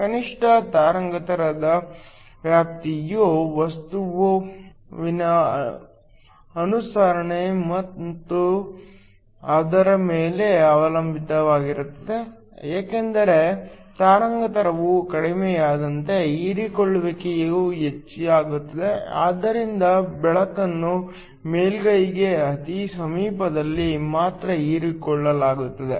ಕನಿಷ್ಠ ತರಂಗಾಂತರದ ವ್ಯಾಪ್ತಿಯು ವಸ್ತುವಿನ ಅನುಸರಣೆಯ ಮೇಲೆ ಅವಲಂಬಿತವಾಗಿರುತ್ತದೆ ಏಕೆಂದರೆ ತರಂಗಾಂತರವು ಕಡಿಮೆಯಾದಂತೆ ಹೀರಿಕೊಳ್ಳುವಿಕೆಯು ಹೆಚ್ಚಾಗುತ್ತದೆ ಆದ್ದರಿಂದ ಬೆಳಕನ್ನು ಮೇಲ್ಮೈಗೆ ಅತಿ ಸಮೀಪದಲ್ಲಿ ಮಾತ್ರ ಹೀರಿಕೊಳ್ಳಲಾಗುತ್ತದೆ